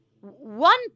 One